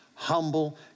humble